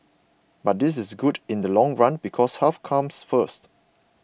but this is good in the long run because health comes first